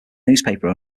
newspaper